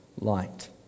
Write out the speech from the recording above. light